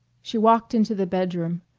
she walked into the bedroom,